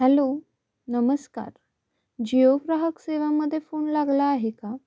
hello नमस्कार जिओ ग्राहक सेवामध्ये फोन लागला आहे का